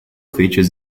features